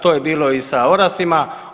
To je bilo i sa orasima.